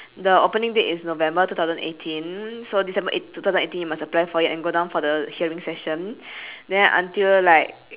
the opening date is november two thousand eighteen so this december two thousand eighteen you must apply for it and go down for the sharing session then until like